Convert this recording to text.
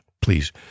please